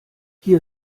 hier